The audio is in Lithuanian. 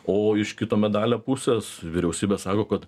o iš kito medalio pusės vyriausybė sako kad